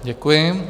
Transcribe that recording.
Děkuji.